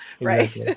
right